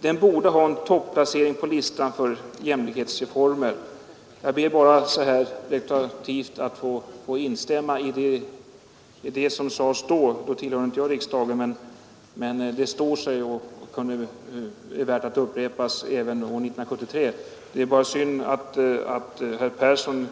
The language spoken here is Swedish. Den borde ha en topplacering på listan för jämlikhetsreformer.” Jag ber bara att få instämma i det som sades då. På den tiden tillhörde jag inte riksdagen, men det sagda står sig och är värt att upprepas även 1973. Det är bara synd att herr Persson